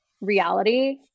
reality